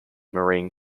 marine